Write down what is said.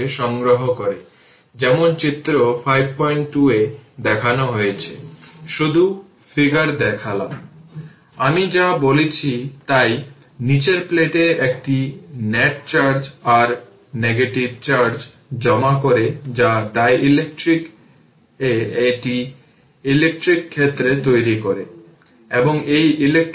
এবং অবশ্যই আমি AC ট্রানসিয়েন্ট অধ্যয়ন করব না যতদূর আমি বলতে পারি যে প্রথম বর্ষের ইঞ্জিনিয়ারিং সিলেবাস সম্পর্কিত